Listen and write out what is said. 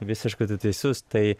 visiškai tu teisus tai